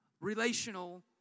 relational